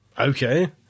Okay